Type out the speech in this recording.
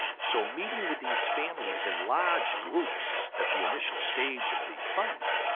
so meeting with these families in large groups at the initial stage of the fund,